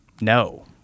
no